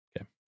Okay